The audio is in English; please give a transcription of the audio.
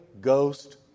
Ghost